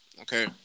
Okay